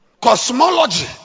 Cosmology